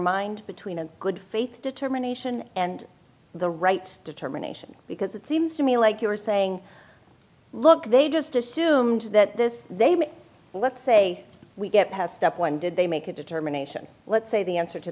mind between a good determination and the right determination because it seems to me like you are saying look they just assumed that this they may let's say we get have that one did they make a determination let's say the answer to